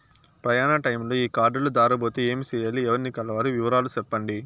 ప్రయాణ టైములో ఈ కార్డులు దారబోతే ఏమి సెయ్యాలి? ఎవర్ని కలవాలి? వివరాలు సెప్పండి?